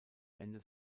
ende